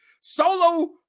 Solo